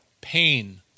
pain